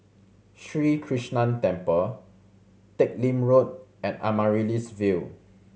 Sri Krishnan Temple Teck Lim Road and Amaryllis Ville